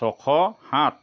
ছয়শ সাত